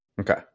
Okay